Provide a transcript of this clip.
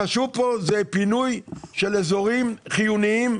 החשוב פה הוא פינוי של אזורים חיוניים,